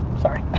sorry.